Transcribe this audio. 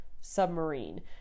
submarine